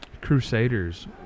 crusaders